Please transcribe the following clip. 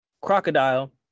crocodile